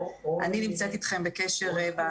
אני נמצאת אתכם בקשר,